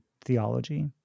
theology